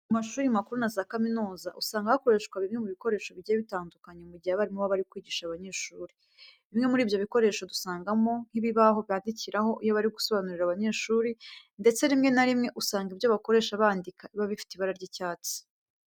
Mu mashuri makuru na za kaminuza usanga hakoreshwa bimwe mu bikoresho bigiye bitandukanye mu gihe abarimu baba bari kwigisha abanyeshuri. Bimwe muri ibyo bikoresho dusangamo nk'ibibaho bandikiraho iyo bari gusobanurira abanyeshuri ndetse rimwe na rimwe, usanga ibyo bakoresha bandika biba bifite ibara ry'icyatsi.